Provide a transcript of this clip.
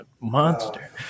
monster